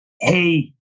hey